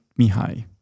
Mihai